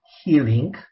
healing